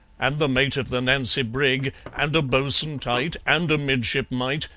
and the mate of the nancy brig, and a bo'sun tight, and a midshipmite,